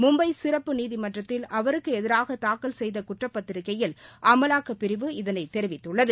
மும்பை சிறப்பு நீதிமன்றத்தில் அவருக்கு எதிராக தாக்கல் செய்த குற்றப் பத்திரிகையில் அமலாக்கப் பிரிவு இதனைத் தெரிவித்துள்ளது